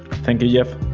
thank you, yeah